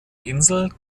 insel